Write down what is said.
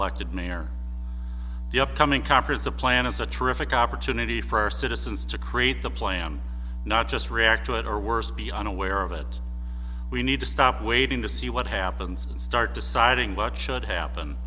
elected mayor upcoming conference a plan is a terrific opportunity for our citizens to create the plan not just react to it or worse be unaware of it need to stop waiting to see what happens and start deciding what should happen